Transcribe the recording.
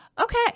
Okay